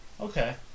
Okay